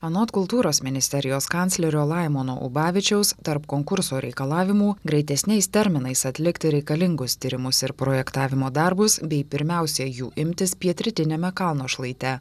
anot kultūros ministerijos kanclerio laimono ubavičiaus tarp konkurso reikalavimų greitesniais terminais atlikti reikalingus tyrimus ir projektavimo darbus bei pirmiausia jų imtis pietrytiniame kalno šlaite